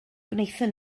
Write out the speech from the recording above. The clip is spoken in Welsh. gwnaethon